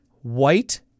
white